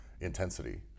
Intensity